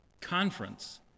conference